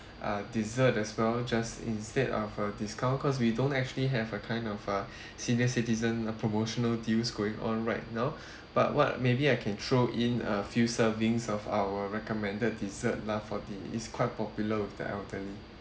uh dessert as well just instead of a discount cause we don't actually have a kind of uh senior citizen promotional deals going on right now but what maybe I can throw in a few servings of our recommended dessert lah for the it's quite popular with the elderly